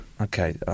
Okay